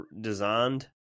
designed